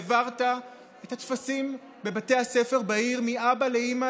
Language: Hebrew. העברת את הטפסים בבתי הספר בעיר מאבא ואימא